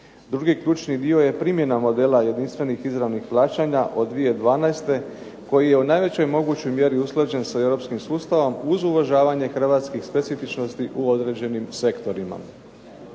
Drugi ključni dio je primjena modela jedinstvenih izravnih plaćanja od 2012. koji je u najvećoj mogućoj mjeri usklađen sa europskim sustavom uz uvažavanje hrvatskih specifičnosti u određenim sektorima.